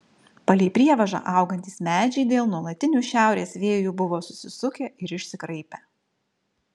palei prievažą augantys medžiai dėl nuolatinių šiaurės vėjų buvo susisukę ir išsikraipę